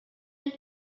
you